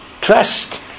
Trust